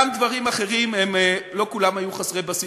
גם דברים אחרים, לא כולם היו חסרי בסיס.